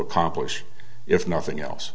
accomplish if nothing else